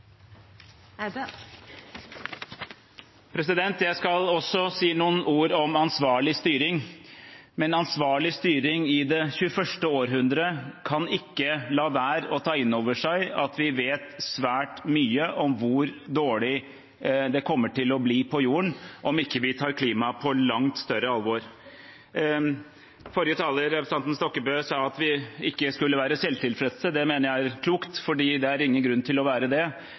Jeg skal også si noen ord om ansvarlig styring, men ved ansvarlig styring i det 21. århundret kan man ikke la være å ta inn over seg at vi vet svært mye om hvor dårlig det kommer til å bli på jorden om vi ikke tar klimaet på langt større alvor. Forrige taler, representanten Stokkebø, sa at vi ikke skulle være selvtilfredse. Det mener jeg er klokt, for det er ingen grunn til å være det